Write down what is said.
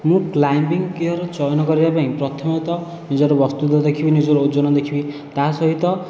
ମୁଁ climbing gear ଚୟନ କରିବା ପାଇଁ ପ୍ରଥମତଃ ନିଜର ବସ୍ତୁତ୍ୱ ଦେଖିବି ନିଜର ଓଜନ ଦେଖିବି ତା'ସହିତ